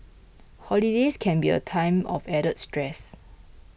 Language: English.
holidays can be a time of added stress